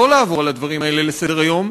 לא לעבור על הדברים האלה לסדר-היום,